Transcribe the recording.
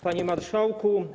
Panie Marszałku!